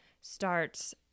starts